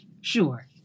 sure